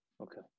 Okay